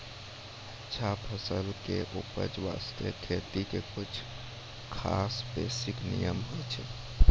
अच्छा फसल के उपज बास्तं खेती के कुछ खास बेसिक नियम होय छै